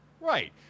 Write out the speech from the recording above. Right